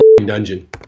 dungeon